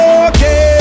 okay